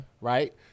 Right